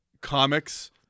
comics